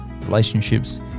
relationships